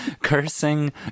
cursing